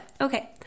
okay